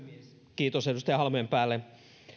kiitos edustaja halmeenpäälle